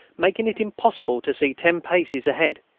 making it impossible to see ten paces ahead.